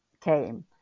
came